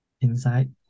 inside